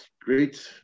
great